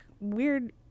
weird